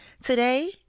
today